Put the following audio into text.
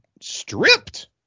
stripped